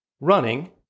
Running